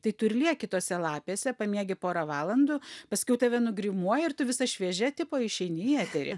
tai tu ir lieki tose lapėse pamiegi porą valandų paskiau tave nugrimuoja ir tu visa šviežia tipo išeini į eterį